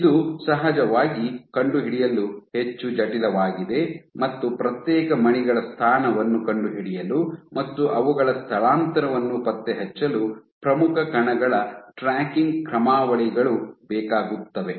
ಇದು ಸಹಜವಾಗಿ ಕಂಡುಹಿಡಿಯಲು ಹೆಚ್ಚು ಜಟಿಲವಾಗಿದೆ ಮತ್ತು ಪ್ರತ್ಯೇಕ ಮಣಿಗಳ ಸ್ಥಾನವನ್ನು ಕಂಡುಹಿಡಿಯಲು ಮತ್ತು ಅವುಗಳ ಸ್ಥಳಾಂತರವನ್ನು ಪತ್ತೆಹಚ್ಚಲು ಪ್ರಮುಖ ಕಣಗಳ ಟ್ರ್ಯಾಕಿಂಗ್ ಕ್ರಮಾವಳಿಗಳು ಬೇಕಾಗುತ್ತವೆ